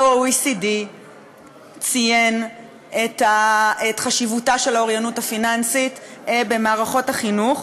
ה-OECD ציין את חשיבותה של האוריינות הפיננסית במערכות החינוך.